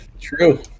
True